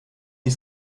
die